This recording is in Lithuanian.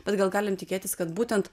bet gal galim tikėtis kad būtent